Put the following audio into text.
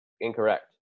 Incorrect